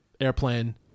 airplane